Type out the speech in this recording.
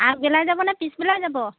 আগবেলাই যাব নে পিছবেলা যাব